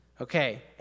Okay